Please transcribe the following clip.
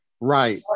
Right